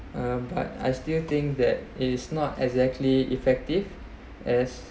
um but I still think that it is not exactly effective as